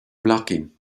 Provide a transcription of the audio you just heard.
blocking